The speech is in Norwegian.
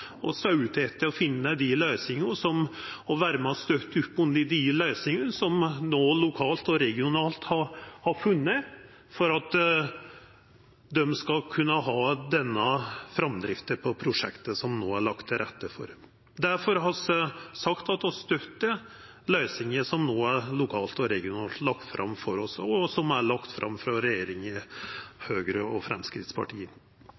opp om, dei løysingane som nokon lokalt og regionalt har funne, for at dei skal kunna ha den framdrifta på prosjektet som det no er lagt til rette for. Difor har vi sagt at vi støttar løysinga som no er lokalt og regionalt lagd fram for oss, og som er lagd fram frå